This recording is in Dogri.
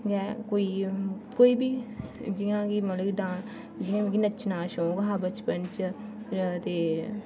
गै कोई कोई बी जि'यां कि मतलब कि ड़ास जि'यां मिगी नच्चना दा शौक हा बचपन च